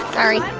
sorry